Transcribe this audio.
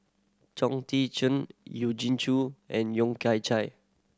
Chong Tze Chien Eugene and Yeo Kian Chye